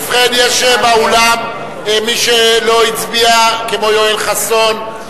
ובכן, יש באולם מי שלא הצביע, כמו יואל חסון.